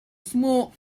smart